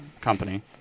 company